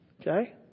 Okay